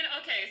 okay